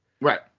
right